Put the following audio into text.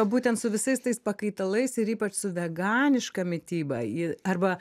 būtent su visais tais pakaitalais ir ypač su veganiška mityba ji arba